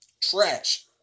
trash